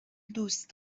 دوست